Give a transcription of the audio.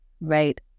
Right